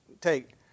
take